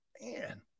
Man